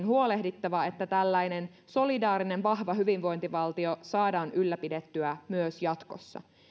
huolehdittava että tällainen solidaarinen vahva hyvinvointivaltio saadaan ylläpidettyä myös jatkossa